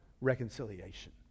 reconciliation